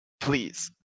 please